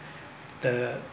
the